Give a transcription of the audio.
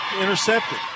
intercepted